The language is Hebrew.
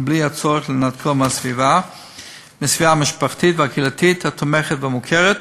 מבלי הצורך לנתקו מהסביבה המשפחתית והקהילתית התומכת והמוכרת,